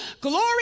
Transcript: glory